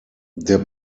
der